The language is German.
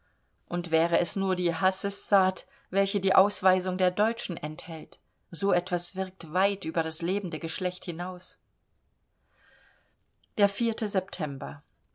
und wäre es nur die hassessaat welche die ausweisung der deutschen enthält so etwas wirkt weit über das lebende geschlecht hinaus der september